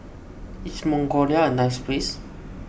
is Mongolia a nice place